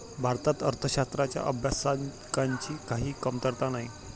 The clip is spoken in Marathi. भारतात अर्थशास्त्राच्या अभ्यासकांची काही कमतरता नाही